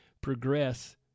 progress